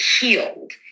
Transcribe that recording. healed